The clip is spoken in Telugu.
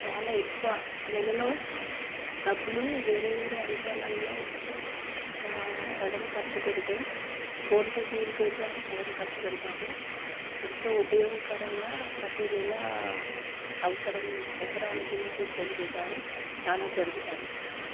చాలా ఎక్కువ నెలలో డబ్బులు వేరే వేరే అంశాలల్లో ఒకా సగం ఖర్చుపెడితే ఫోన్ పే గూగుల్ పే ద్వారా సగం ఖర్చుపెడతాము ఎంతో ఉపయోగకరంగా ప్రతీ నెలా అవసరం అవసరాలు గూగుల్ పే ఫోన్ పే ద్వారా చాలా జరుగుతాయి